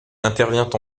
intervient